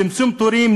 צמצום תורים,